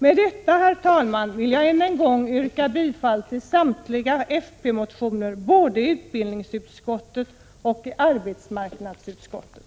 Med detta, herr talman, vill jag än en gång yrka bifall till samtliga folkpartireservationer både i utbildningsutskottet och i arbetsmarknadsutskottet.